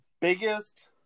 biggest